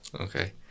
okay